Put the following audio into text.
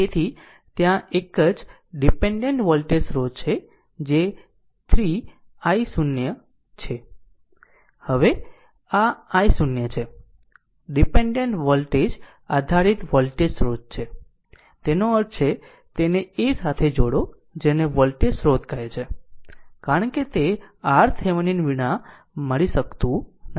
તેથી ત્યાં એક ડીપેન્ડેન્ટ વોલ્ટેજ સ્રોત છે જે 3 i0 છે અને આ i0 છે ડીપેન્ડેન્ટ વોલ્ટેજ આધારિત વોલ્ટેજ સ્રોત છે તેનો અર્થ છે તેને a સાથે જોડો જેને વોલ્ટેજ સ્રોત કહે છે કારણ કે તે RThevenin વિના મળી શકતું નથી